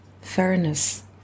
fairness